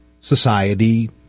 society